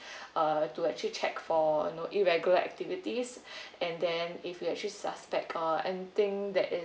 uh to actually check for you know irregular activities and then if you actually suspect or anything that is